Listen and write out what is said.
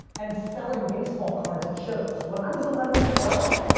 and selling baseball cards at shows. when i was eleven and twelve,